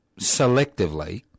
selectively